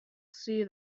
see